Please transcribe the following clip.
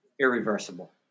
irreversible